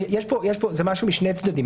זה משהו משני צדדים,